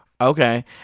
Okay